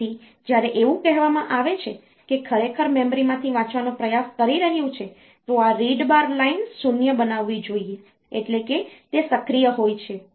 તેથી જ્યારે એવું કહેવામાં આવે છે કે ખરેખર મેમરીમાંથી વાંચવાનો પ્રયાસ કરી રહ્યું છે તો આ રીડ બાર લાઇનને 0 બનાવવી જોઈએ એટલે કે તે સક્રિય હોય છે